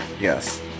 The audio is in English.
yes